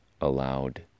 allowed